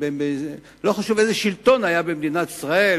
לא חשוב איזה שלטון היה במדינת ישראל,